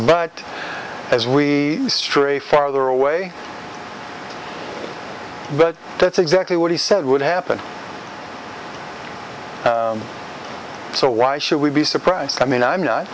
but as we stray farther away but that's exactly what he said would happen so why should we be surprised i mean i'm not